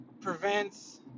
prevents